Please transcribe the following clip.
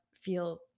feel